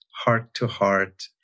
heart-to-heart